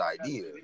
idea